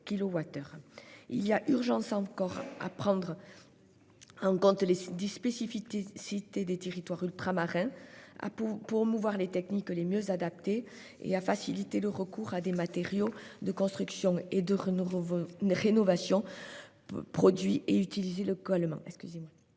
Il y a urgence, enfin, à prendre en compte les spécificités des territoires ultramarins, à promouvoir les techniques les mieux adaptées et à faciliter le recours à des matériaux de construction et de rénovation produits et utilisés localement.